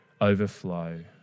overflow